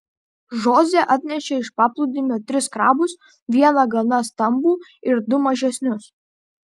žoze atnešė iš paplūdimio tris krabus vieną gana stambų ir du mažesnius